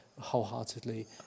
wholeheartedly